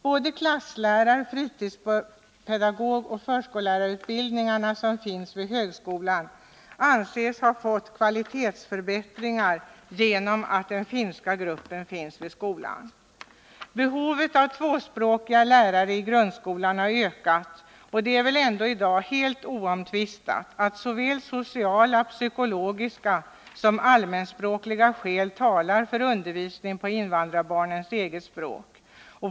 Såväl klasslärarsom fritidspedagogoch förskollärarutbildningarna vid högskolan anses ha fått kvalitetsförbättringar genom att den finska gruppen finns vid skolan. Behovet av tvåspråkiga lärare i grundskolan har ökat, och det är väl ändå i dag helt oomtvistat att såväl sociala, psykologiska som allmänspråkliga skäl talar för undervisning på invandrarbarnens eget språk.